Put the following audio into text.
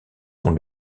dont